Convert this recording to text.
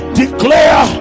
declare